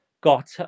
got